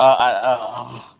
অঁ অঁ অঁ